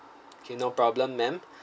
okay no problem ma'am